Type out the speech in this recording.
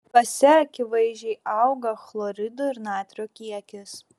juose akivaizdžiai auga chloridų ir natrio kiekis